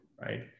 right